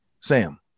Sam